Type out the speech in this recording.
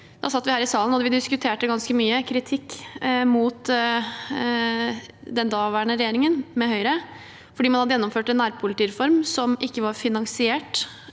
– satt vi her i salen og diskuterte ganske mye kritikk mot den daværende regjeringen, med Høyre, fordi man hadde gjennomført en nærpolitireform som ikke var finansiert